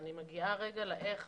אני מגיעה רגע ל-"איך",